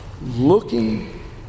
looking